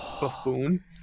buffoon